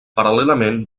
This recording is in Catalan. paral·lelament